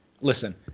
listen